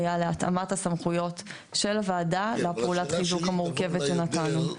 אמרת סמכויות של הוועדה לפעולת חיזוק מורכבת שנתנו.